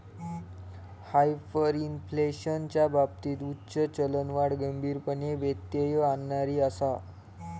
हायपरइन्फ्लेशनच्या बाबतीत उच्च चलनवाढ गंभीरपणे व्यत्यय आणणारी आसा